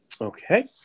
Okay